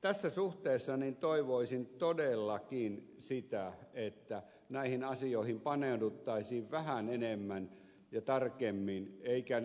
tässä suhteessa toivoisin todellakin sitä että näihin asioihin paneuduttaisiin vähän enemmän ja tarkemmin